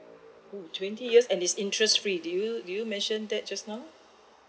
twenty years and it's interest free did you did you mention that just now